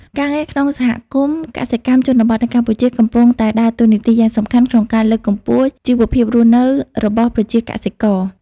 ការងារក្នុងសហគមន៍កសិកម្មជនបទនៅកម្ពុជាកំពុងតែដើរតួនាទីយ៉ាងសំខាន់ក្នុងការលើកកម្ពស់ជីវភាពរស់នៅរបស់ប្រជាកសិករ។